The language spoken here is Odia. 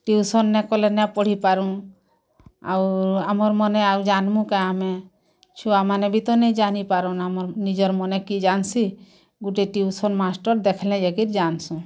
ଟିଉସନ୍ ନାଇଁ କଲେ ନାଇଁ ପଢ଼ି ପାରୁ ଆଉ ଆମର୍ ମନେ ଆଉ ଯାନ୍ବୁ କେ ଆମେ ଛୁଆମାନେ ବି ତ ନାଇଁ ଜାନି ପାରୁନ୍ ଆମର୍ ନିଜର୍ ମନ କେ କି ଯାନ୍ସୀ ଗୁଟେ ଟିଉସନ୍ ମାଷ୍ଟର୍ ଦେଖିଲେ ଯାଇକି ଯାନ୍ସୁ